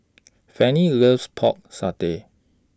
Fannye loves Pork Satay